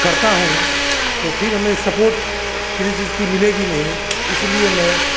करता हूँ तो फिर हमें सपोर्ट किसी चीज़ की मिलेगी नहीं इसलिए मैं